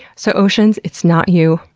so oceans, it's not you,